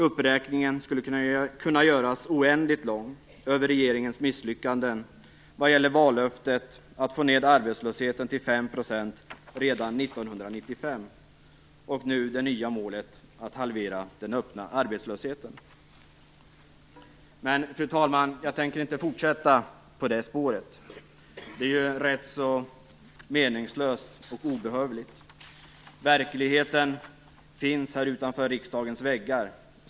Uppräkningen skulle kunna göras oändligt lång över regeringens misslyckanden vad gäller vallöftet att få ned arbetslösheten till 5 % redan 1995, och nu det nya målet att halvera den öppna arbetslösheten. Fru talman! Jag tänker dock inte fortsätta på det spåret. Det är rätt meningslöst och obehövligt. Verkligheten finns här utanför riksdagens väggar.